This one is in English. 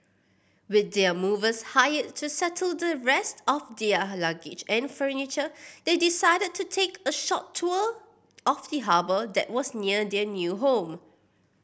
with their movers hired to settle the rest of their her luggage and furniture they decided to take a short tour of the harbour that was near their new home